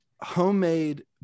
homemade